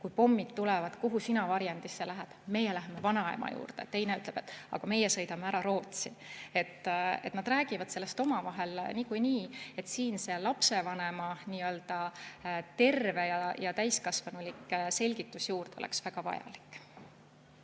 kui pommid tulevad, kuhu sina varjendisse lähed, meie läheme vanaema juurde. Teine ütleb, et aga meie sõidame ära Rootsi. Nad räägivad sellest omavahel niikuinii. Siin see lapsevanema terve ja täiskasvanulik selgitus juurde oleks väga vajalik.